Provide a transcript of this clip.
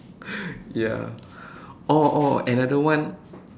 ya or or another one